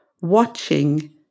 watching